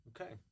Okay